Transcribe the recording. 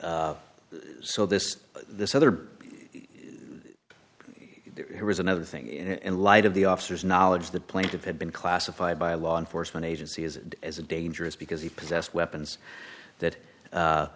d so this this either here is another thing in light of the officers knowledge the plaintiff had been classified by law enforcement agencies as a dangerous because he possessed weapons that